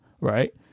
right